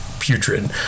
putrid